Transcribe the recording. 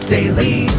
Daily